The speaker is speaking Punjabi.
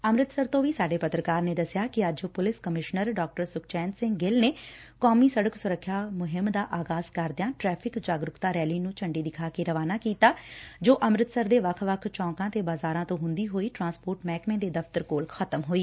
ਅੰਮੁਤਸਰ ਤੋਂ ਵੀ ਸਾਡੇ ਪੱਤਰਕਾਰ ਨੇ ਦਸਿਆ ਕਿ ਅੱਜ ਪੁਲਿਸ ਕਮਿਸ਼ਨਰ ਡਾ ਸੁਖਚੈਨ ਸਿੰਘ ਗਿੱਲ ਨੇ ਕੋਮੀ ਸਤਕ ਸੁਰੱਖਿਆ ਮੁਹਿੰਮ ਦਾ ਆਗਾਜ਼ ਕਰਦਿਆਂ ਟੈਫਿਕ ਜਾਗਰੁਕਤਾ ਰੈਲੀ ਨੂੰ ਝੰਡੀ ਵਿਖਾ ਕੇ ਰਵਾਨਾ ਕੀਤਾ ਜੋ ਅੰਮਿਤਸਰ ਦੇ ਵੱਖ ਵੱਖ ਚੌਕਾਂ ਤੇ ਬਾਜ਼ਰਾਂ ਤੋਂ ਹੁੰਦੀ ਹੋਈ ਪਰਿਵਹਨ ਮਹਿਕਮੇ ਦੇ ਦਫ਼ਤਰ ਕੋਲ ਖ਼ਤਮ ਹੋਈ